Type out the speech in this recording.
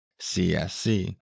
CSC